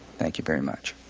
thank you very much.